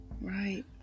Right